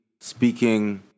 speaking